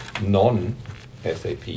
non-SAP